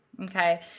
okay